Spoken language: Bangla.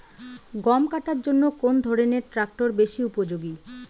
গম কাটার জন্য কোন ধরণের ট্রাক্টর বেশি উপযোগী?